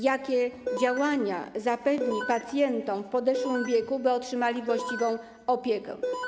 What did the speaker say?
Jakie działania zapewni pacjentom w podeszłym wieku, by otrzymali właściwą opiekę?